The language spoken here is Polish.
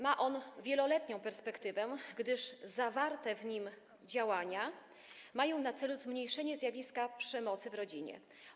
Ma on wieloletnią perspektywę, gdyż zawarte w nim działania mają na celu zmniejszenie zjawiska przemocy w rodzinie.